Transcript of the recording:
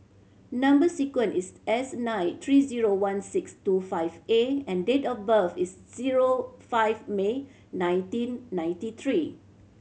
number sequence is S nine three zero one six two five A and date of birth is zero five May nineteen ninety three